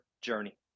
journey